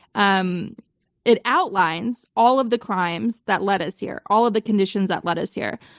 um it outlines all of the crimes that led us here, all of the conditions that led us here.